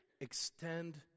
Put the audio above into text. extend